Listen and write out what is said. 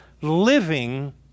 living